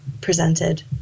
presented